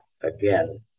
again